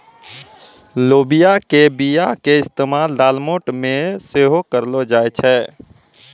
लोबिया के बीया के इस्तेमाल दालमोट मे सेहो करलो जाय छै